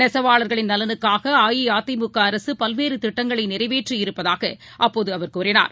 நெசவாளர்களின் நலனுக்காகஅஇஅதிமுகஅரசுபல்வேறுதிட்டங்களைநிறைவேற்றியிருப்பதாகஅப்போதுஅவர் கூறினார்